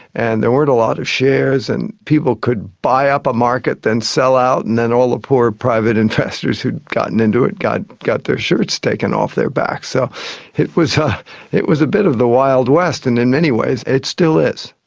and there weren't a lot of shares and people could buy up a market then sell out and then all the ah poor private investors who'd gotten into it got got their shirts taken off their backs. so it was it was a bit of the wild west, and in many ways it still is.